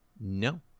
No